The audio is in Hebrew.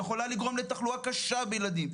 יכולה לגרום לתחלואה קשה בילדים.